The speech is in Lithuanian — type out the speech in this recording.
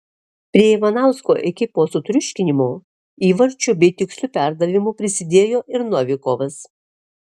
prie ivanausko ekipos sutriuškinimo įvarčiu bei tiksliu perdavimu prisidėjo ir novikovas